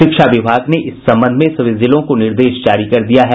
शिक्षा विभाग ने इस संबंध में सभी जिलों को निर्देश जारी कर दिया है